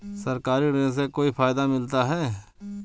सरकारी ऋण से कोई फायदा मिलता है क्या?